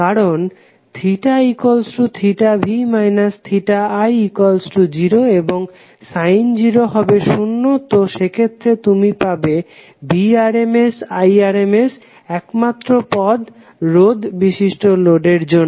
কারণ এক্ষেত্রে θv i0 এবং sin0 হবে শুন্য তো সেক্ষেত্রে তুমি পাবে Vrms Irms একমাত্র পদ রোধ বিশিষ্ট লোডের জন্য